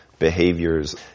Behaviors